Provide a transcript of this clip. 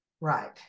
right